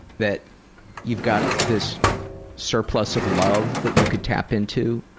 that you've got this surplus of love that you can tap into,